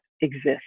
exist